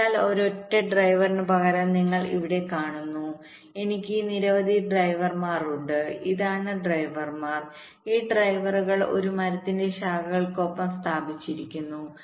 അതിനാൽ ഒരൊറ്റ ഡ്രൈവറിനുപകരം നിങ്ങൾ ഇവിടെ കാണുന്നു എനിക്ക് നിരവധി ഡ്രൈവർമാരുണ്ട് ഇവരാണ് ഡ്രൈവർമാർ ഈ ഡ്രൈവറുകൾ ഒരു മരത്തിന്റെ ശാഖകൾക്കൊപ്പം സ്ഥാപിച്ചിരിക്കുന്നു